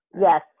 yes